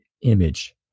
image